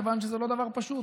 מכיוון שזה לא דבר פשוט.